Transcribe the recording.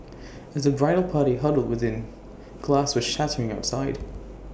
as the bridal party huddled within glass was shattering outside